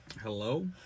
hello